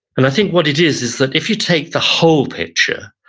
and i think what it is, is that if you take the whole picture,